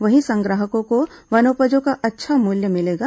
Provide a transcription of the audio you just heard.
वहीं संग्राहकों को वनोपजों का अच्छा मूल्य मिलेगा